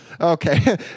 okay